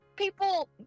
People